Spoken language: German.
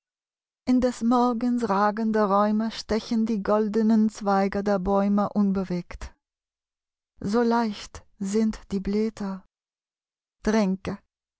in des morgens ragende räume stechen die goldenen zweige der bäume unbewegt so leicht sind die blätter trinke